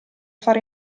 far